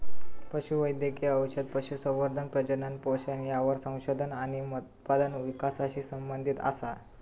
पशु वैद्यकिय औषध, पशुसंवर्धन, प्रजनन, पोषण यावर संशोधन आणि उत्पादन विकासाशी संबंधीत असा